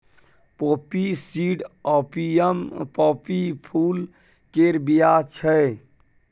poppy seed opium poppy फुल केर बीया छै